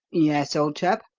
yes, old chap?